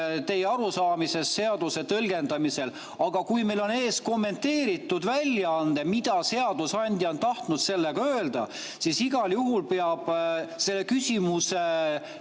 teie arusaamises seaduse tõlgendamisel, aga kui meil on ees kommenteeritud väljaanne, et mida seadusandja on tahtnud selle [seadusega] öelda, siis igal juhul peab selle küsimuse